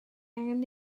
angen